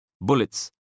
Bullets